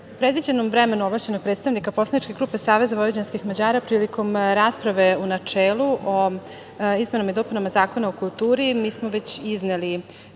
predviđenom vremenu ovlašćenog predstavnika poslaničke grupe SVM prilikom rasprave u načelu o izmenama i dopunama Zakona o kulturi, mi smo već izneli